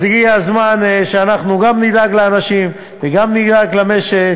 אז הגיע הזמן שאנחנו גם נדאג לאנשים וגם נדאג למשק.